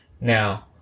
Now